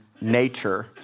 nature